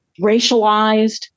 racialized